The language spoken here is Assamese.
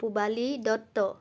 পূবালী দত্ত